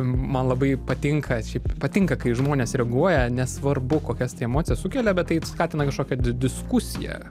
man labai patinka šiaip patinka kai žmonės reaguoja nesvarbu kokias tai emocijas sukelia bet tai skatina kažkokią diskusiją